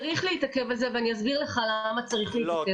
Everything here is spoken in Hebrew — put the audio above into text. צריך להתעכב על זה ואני אסביר לך למה צריך -- לא.